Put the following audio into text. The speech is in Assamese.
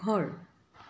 ঘৰ